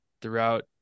throughout